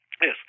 yes